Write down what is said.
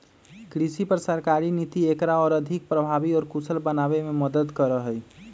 कृषि पर सरकारी नीति एकरा और अधिक प्रभावी और कुशल बनावे में मदद करा हई